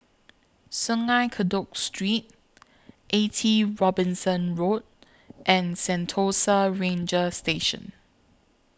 Sungei Kadut Street eighty Robinson Road and Sentosa Ranger Station